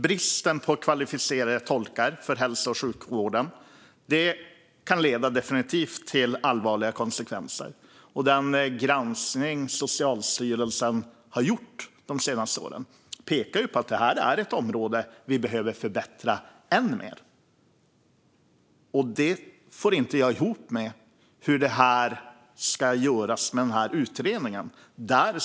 Bristen på kvalificerade tolkar för hälso och sjukvården kan definitivt leda till allvarliga konsekvenser. Den granskning som Socialstyrelsen har gjort de senaste åren pekar på att det är ett område som behöver förbättras än mer. Jag får inte ihop hur det ska göras med den här utredningen.